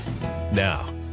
Now